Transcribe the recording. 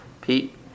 Pete